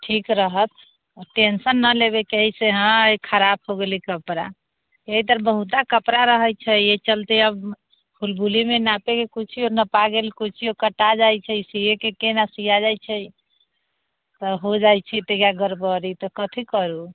ठीक रहत टेन्शन नहि लेबैके अछि कि हँ खराब भऽ गेलै कपड़ा एहि तरह बहुते कपड़ा रहै छै एहि चलिते अब हुलबुलीमे नापैके किछु नपा गेल किछु कटा जाइ छै सिएके कहुना सिआ जाइ छै तऽ हो जाइ छै तऽ गड़बड़ी तऽ कथी करू